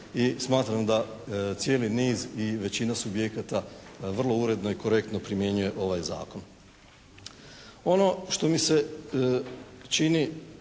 smatram da cijeli niz i većina subjekata vrlo uredno i korektno primjenjuje ovaj Zakon.